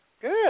Good